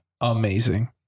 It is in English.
amazing